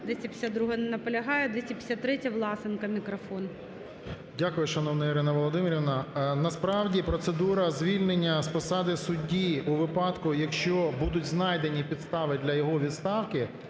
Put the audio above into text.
252-а. Не наполягає. 253-я. Власенка мікрофон. 12:58:12 ВЛАСЕНКО С.В. Дякую, шановна Ірино Володимирівно. Насправді, процедура звільнення з посади судді у випадку, якщо будуть знайдені підстави для його відставки,